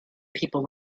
people